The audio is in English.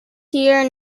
here